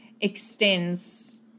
extends